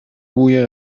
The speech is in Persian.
بوی